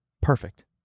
Perfect